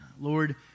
Lord